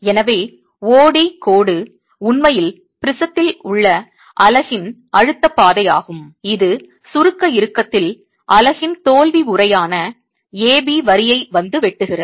எனவே O D கோடு உண்மையில் ப்ரிஸத்தில் உள்ள அலகின் அழுத்தப் பாதையாகும் இது சுருக்க இறுக்கத்தில் அலகின் தோல்வி உறையான A B வரியை வந்து வெட்டுகிறது